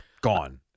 Gone